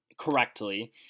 correctly